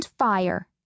fire